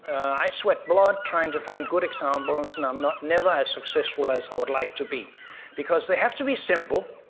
i sweat blood trying to find good examples and i'm never as successful as i would like to be because they have to be simple,